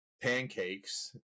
Pancakes